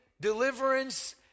deliverance